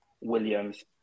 Williams